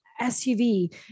SUV